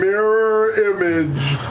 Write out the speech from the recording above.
mirror image.